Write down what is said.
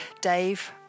dave